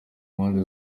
mpande